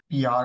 PR